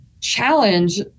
challenge